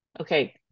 okay